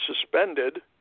suspended